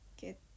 get